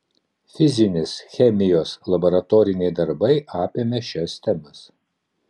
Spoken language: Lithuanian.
fizinės chemijos laboratoriniai darbai apėmė šias temas